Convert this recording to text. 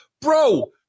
bro